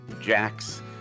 Jack's